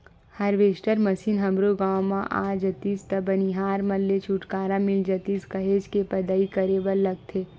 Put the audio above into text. harvester machine हमरो गाँव म आ जातिस त बनिहार मन ले छुटकारा मिल जातिस काहेच के पदई करे बर लगथे